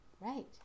right